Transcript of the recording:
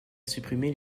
supprimer